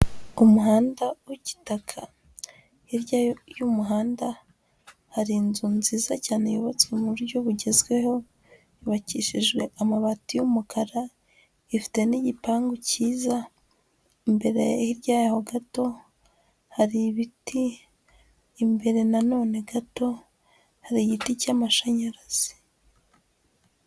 Umuhanda w'igitaka, hirya y'umuhanda hari inzu nziza cyane yubatswe mu buryo bugezweho, yubakishijwe amabati y'umukara, ifite n'igipangu cyiza, imbere hirya yaho gato hari ibiti, imbere nanone gato hari igiti cy'amashanyarazi.